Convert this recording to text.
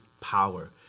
power